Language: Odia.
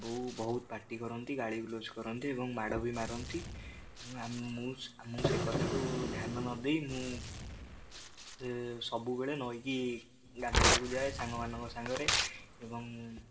ବହୁ ବହୁତ ପାଟି କରନ୍ତି ଗାଳି ଗୁଲଜ କରନ୍ତି ଏବଂ ମାଡ଼ ବି ମାରନ୍ତି ମୁଁ ମୁଁ ସେ କଥାକୁ ଧ୍ୟାନ ନଦେଇ ମୁଁ ସବୁବେଳେ ନଈକି ଗାଧୋଇବାକୁ ଯାଏ ସାଙ୍ଗମାନଙ୍କ ସାଙ୍ଗରେ ଏବଂ